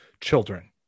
children